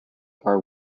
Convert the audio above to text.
are